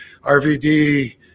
RVD